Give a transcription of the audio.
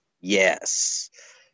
Yes